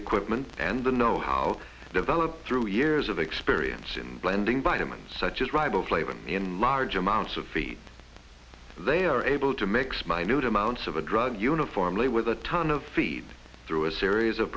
equipment and the know how developed through years of experience in blending by them and such is riboflavin in large amounts of feed they are able to mix minute amounts of a drug uniformly with a tonne of feed through a series of